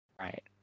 Right